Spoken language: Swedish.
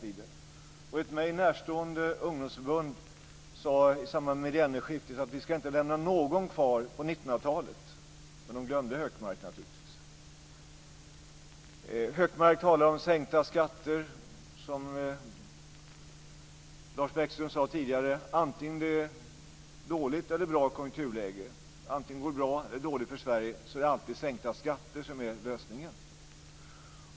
Från ett mig närstående ungdomsförbund sades det i samband med millennieskiftet att inte någon skulle lämnas kvar på 1900-talet, men då glömde man naturligtvis bort Hökmark. Hökmark talade om sänkta skatter. Som Lars Bäckström tidigare sade: Oavsett om det är ett dåligt eller ett bra konjunkturläge, oavsett om det går dåligt eller bra för Sverige, är alltid sänkta skatter lösningen.